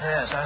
Yes